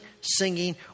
singing